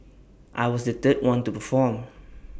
I was the third one to perform